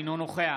אינו נוכח